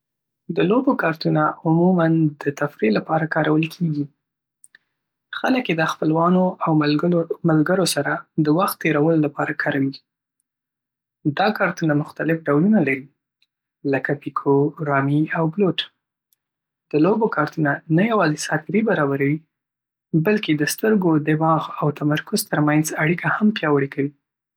د لوبو کارتونه عموماً د تفریح لپاره کارول کېږي. خلک یې د خپلوانو او ملګرو سره د وخت تېرولو لپاره کاروي. دا کارتونه مختلف ډولونه لري لکه پیکو، رامي، او بلوت. د لوبو کارتونه نه یوازې ساتیري برابروي، بلکې د سترګو، دماغ او تمرکز تر منځ اړیکه هم پیاوړې کوي.